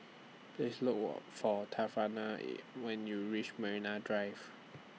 Please Look For Tawana when YOU REACH Marine Drive